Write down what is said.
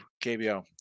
KBO